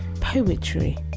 poetry